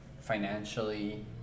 financially